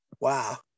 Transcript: Wow